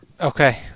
Okay